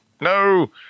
no